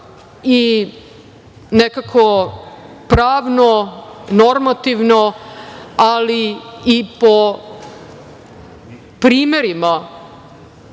i nekako pravno, normativno, ali i po primerima